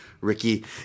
Ricky